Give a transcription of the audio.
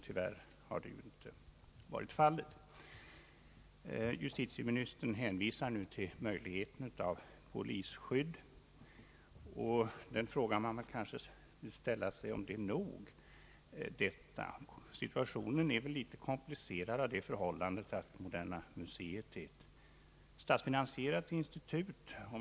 Tyvärr har så inte varit fallet. Justitieministern hänvisar nu till möjligheten av polisskydd, och den fråga man då vill ställa sig blir om detta är nog. Situationen är väl litet komplicerad av det förhållandet att Moderna museet är ett statsfinansierat institut.